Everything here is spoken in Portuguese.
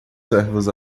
servos